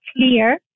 clear